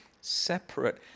separate